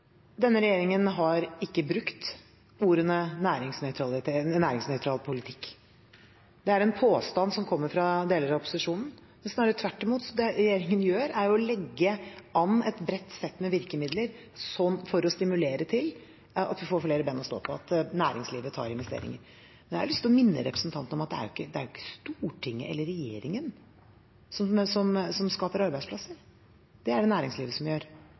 Denne regjeringen har ikke brukt ordene «næringsnøytral politikk». Det er en påstand som kommer fra deler av opposisjonen. Snarere tvert imot, det regjeringen gjør, er å legge an et bredt sett med virkemidler for å stimulere til at vi får flere ben å stå på, at næringslivet tar investeringer. Jeg har lyst til å minne representanten om at det ikke er Stortinget eller regjeringen som skaper arbeidsplasser, det er det næringslivet som gjør.